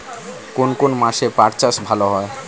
কোন কোন মাসে পাট চাষ ভালো হয়?